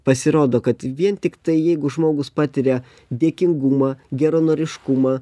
pasirodo kad vien tiktai jeigu žmogus patiria dėkingumą geranoriškumą